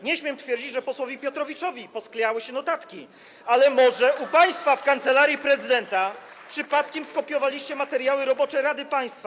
Nie śmiem twierdzić, że posłowi Piotrowiczowi posklejały się notatki, [[Oklaski, poruszenie na sali]] ale może u państwa w Kancelarii Prezydenta przypadkiem skopiowaliście materiały robocze Rady Państwa.